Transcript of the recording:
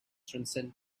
transcend